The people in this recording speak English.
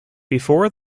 before